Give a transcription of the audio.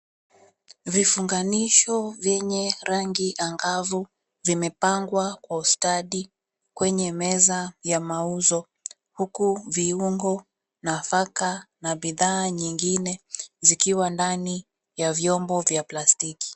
Vifunganisho vyenye rangi angavu vimepangwa kwa ustadi kwenye meza ya mauzo huku viungo, nafaka na bidhaa nyingine zikiwa ndani ya vyombo vya plastiki.